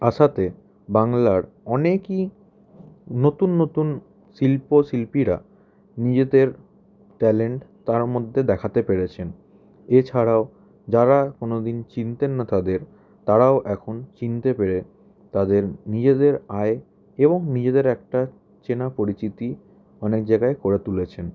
আসাতে বাংলার অনেকই নতুন নতুন শিল্প শিল্পীরা নিজেদের ট্যালেন্ট তার মধ্যে দেখাতে পেরেছেন এছাড়াও যারা কোনো দিন চিনতেন না তাদের তারাও এখন চিনতে পেরে তাদের নিজেদের আয় এবং নিজেদের একটা চেনা পরিচিতি অনেক জায়গায় করে তুলেছেন